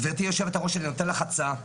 גבירתי יושבת הראש אני נותן לך הצעה.